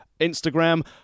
Instagram